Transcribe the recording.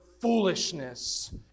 foolishness